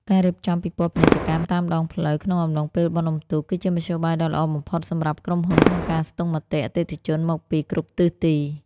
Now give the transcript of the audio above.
ការរៀបចំពិព័រណ៍ពាណិជ្ជកម្មតាមដងផ្លូវក្នុងអំឡុងពេលបុណ្យអុំទូក គឺជាមធ្យោបាយដ៏ល្អបំផុតសម្រាប់ក្រុមហ៊ុនក្នុងការស្ទង់មតិអតិថិជនមកពីគ្រប់ទិសទី។